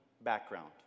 background